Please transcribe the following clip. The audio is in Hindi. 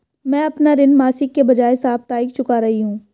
मैं अपना ऋण मासिक के बजाय साप्ताहिक चुका रही हूँ